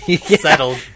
settled